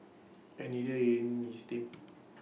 and neither in his team